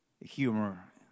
humor